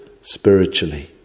spiritually